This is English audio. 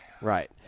Right